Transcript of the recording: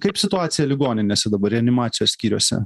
kaip situacija ligoninėse dabar reanimacijos skyriuose